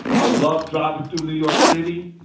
i love driving through new york city,